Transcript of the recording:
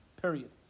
Period